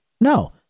No